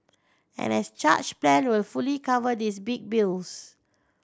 an as charged plan will fully cover these big bills